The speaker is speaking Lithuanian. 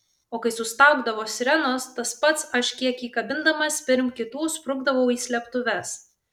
o kai sustaugdavo sirenos tas pats aš kiek įkabindamas pirm kitų sprukdavau į slėptuves